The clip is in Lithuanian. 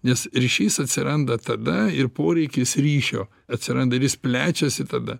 nes ryšys atsiranda tada ir poreikis ryšio atsiranda vis plečiasi tada